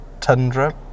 Tundra